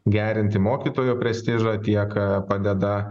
gerinti mokytojo prestižą tiek padeda